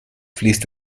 fließt